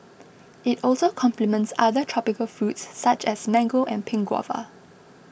it also complements other tropical fruit such as mango and pink guava